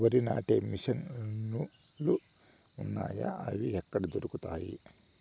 వరి నాటే మిషన్ ను లు వున్నాయా? అవి ఎక్కడ దొరుకుతాయి?